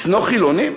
לשנוא חילונים?